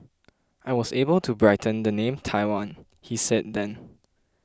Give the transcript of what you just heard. I was able to brighten the name Taiwan he said then